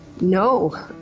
No